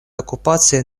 оккупацией